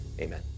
amen